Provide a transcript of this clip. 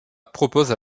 propose